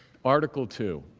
article two